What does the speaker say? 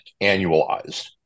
annualized